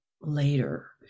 later